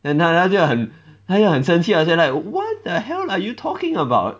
then 他他就很他就很生气他就 like what the hell are you talking about